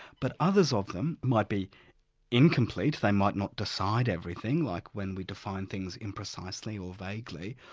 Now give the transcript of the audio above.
but others of them might be incomplete, they might not decide everything, like when we define things imprecisely or vaguely,